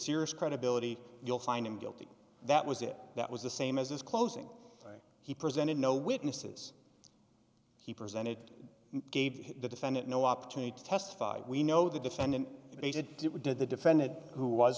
serious credibility you'll find him guilty that was it that was the same as his closing he presented no witnesses he presented gave the defendant no opportunity to testify we know the defendant did what did the defendant who was